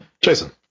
Jason